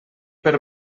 per